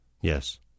Yes